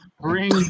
Bring